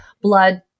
blood